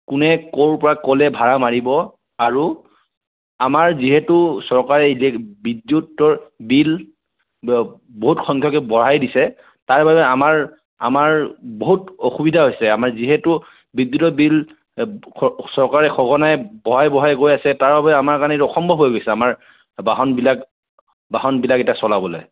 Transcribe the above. কোনে ক'ৰ পৰা ক'লৈ ভাড়া মাৰিব আৰু আমাৰ যিহেতু চৰকাৰী বিদ্যুতৰ বিল বহুত সংখ্যকে বঢ়াই দিছে তাৰ বাবে আমাৰ আমাৰ বহুত অসুবিধা হৈছে আমাৰ যিহেতু বিদ্যুতৰ বিল চৰকাৰে সঘনাই বঢ়াই বঢ়াই গৈ আছে তাৰবাবে আমাৰ কাৰণে এইটো অসম্ভৱ হৈ গৈছে আমাৰ বাহনবিলাক বাহনবিলাক এতিয়া চলাবলৈ